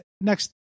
next